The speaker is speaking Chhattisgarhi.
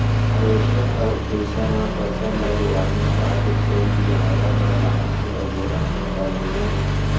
हारवेस्टर अउ थेसर म फसल ल लुवा मिसवा के सोझ बियारा म लानथे अउ बोरा म भर देथे